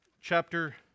chapter